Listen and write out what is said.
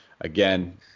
Again